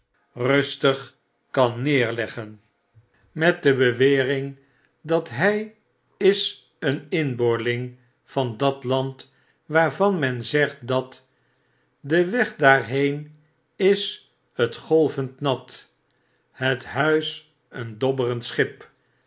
kan neerleggen met de bewering dat hy is een inboorling van dat land waarvan men zegt dat de weg daarheen is t golvend nat het huis een dobberend schip